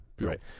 Right